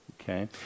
okay